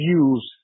use